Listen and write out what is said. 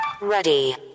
Ready